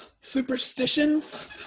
superstitions